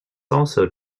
also